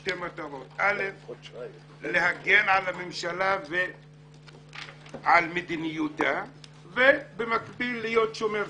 לשתי מטרות: להגן על הממשלה ועל מדיניותה ובמקביל להיות שומר סף.